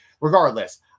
regardless